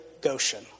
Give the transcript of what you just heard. Goshen